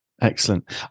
Excellent